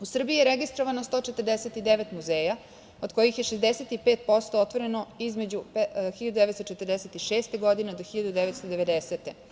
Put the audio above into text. U Srbiji je registrovano 149 muzeja, od kojih je 65% otvoreno između 1946. godine do 1990.